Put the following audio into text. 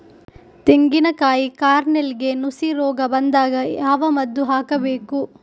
ತೆಂಗಿನ ಕಾಯಿ ಕಾರ್ನೆಲ್ಗೆ ನುಸಿ ರೋಗ ಬಂದಾಗ ಯಾವ ಮದ್ದು ಹಾಕಬೇಕು?